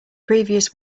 previous